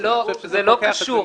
זה לא קשור.